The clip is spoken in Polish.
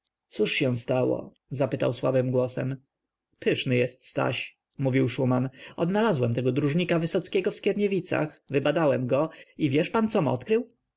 cóż się stało zapytał słabym głosem pyszny jest staś mówił szuman odnalazłem tego dróżnika wysockiego w skierniewicach wybadałem go i wiesz pan com odkrył